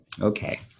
Okay